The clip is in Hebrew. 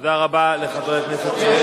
תודה רבה לחבר הכנסת אלקין.